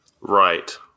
Right